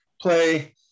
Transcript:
play